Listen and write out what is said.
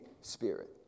Spirit